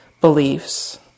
beliefs